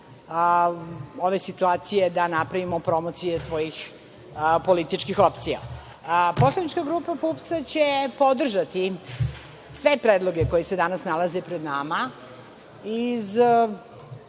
ove situacije da napravimo promocije svojih političkih opcija. Poslanička grupa PUPS-a će podržati sve predloge koji se danas nalaze pred nama iz